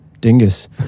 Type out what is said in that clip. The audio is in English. dingus